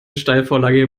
steilvorlage